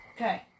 Okay